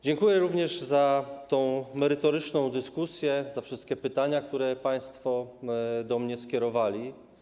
Dziękuję również za tę merytoryczną dyskusję, za wszystkie pytania, które państwo do mnie skierowali.